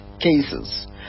cases